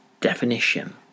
definition